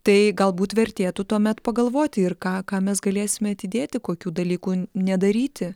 tai galbūt vertėtų tuomet pagalvoti ir ką ką mes galėsime atidėti kokių dalykų nedaryti